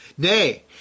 Nay